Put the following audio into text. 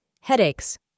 headaches